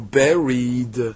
buried